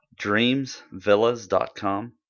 DreamsVillas.com